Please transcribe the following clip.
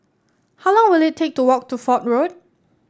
how long will it take to walk to Fort Road